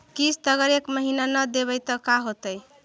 किस्त अगर एक महीना न देबै त का होतै?